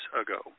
ago